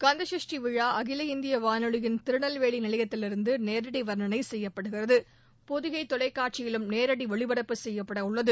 கந்த சஷ்டி விழா அகில இந்திய வானொலியின் திருநெல்வேலி நிலையத்திலிருந்து நேரடி வர்ணனை செய்யப்படுகிறது பொதிகை தொலைக்காட்சியிலும் நேரடி ஒளிபரப்பு செய்யப்பட உள்ளது